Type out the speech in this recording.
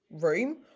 room